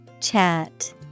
Chat